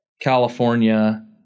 California